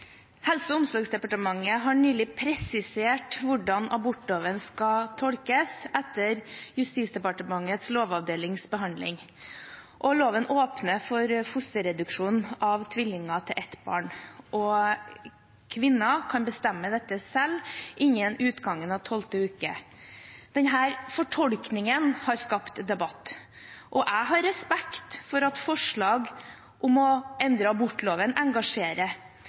Helse- og omsorgsdepartementet har nylig presisert hvordan abortloven skal tolkes etter Justisdepartementets lovavdelings behandling. Loven åpner for fosterreduksjon av tvillinger til ett barn, og kvinnen kan bestemme dette selv innen utgangen av tolvte uke. Denne fortolkningen har skapt debatt, og jeg har respekt for at forslag om å endre abortloven engasjerer.